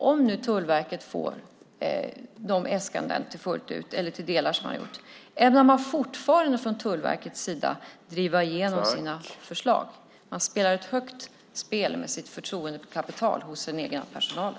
Om nu Tullverket får sina äskanden fullt ut eller till delar - ämnar då Tullverket fortfarande driva igenom sina förslag? Man spelar ett högt spel med sitt förtroendekapital hos den egna personalen.